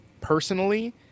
personally